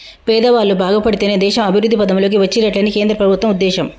పేదవాళ్ళు బాగుపడితేనే దేశం అభివృద్ధి పథం లోకి వచ్చినట్లని కేంద్ర ప్రభుత్వం ఉద్దేశం